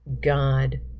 God